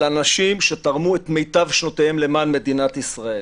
אנשים שתרמו את מיטב שנותיהם למען מדינת ישראל.